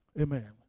Amen